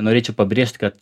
norėčiau pabrėžt kad